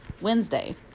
Wednesday